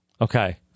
Okay